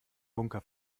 bunker